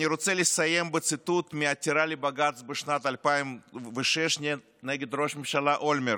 אני רוצה לסיים בציטוט מעתירה לבג"ץ בשנת 2006 נגד ראש הממשלה אולמרט,